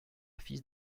fils